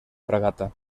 fragata